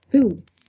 food